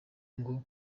ngo